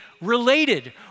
related